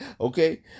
okay